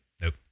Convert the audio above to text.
Nope